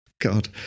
God